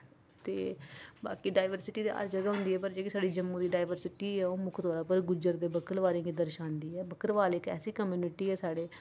ते बाकी डाइवर्सटी हर जगह होंदी पर जेह्ड़ी साढ़ी जम्मू दी डाइवर्सटी ऐ ओह मुक्ख तौरा पर गुजर ते बकरबालें गी दर्शांदी ऐ बकरबाल ऐसी कम्युनिटी ऐ साढ़े